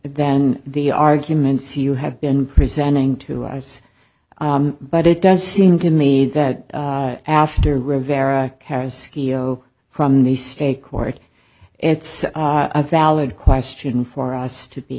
than the arguments you have been presenting to us but it does seem to me that after rivera from the state court it's a valid question for us to be